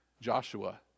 Joshua